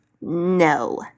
No